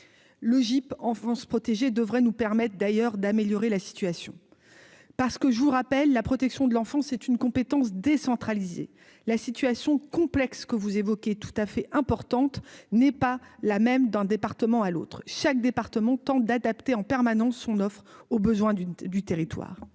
le GIP en France protégée devrait nous permette d'ailleurs d'améliorer la situation, parce que je vous rappelle la protection de l'enfance, c'est une compétence décentralisée la situation complexe que vous évoquiez tout à fait importante n'est pas la même d'un département à l'autre, chaque département tant d'adapter en permanence son offre aux besoins du du territoire,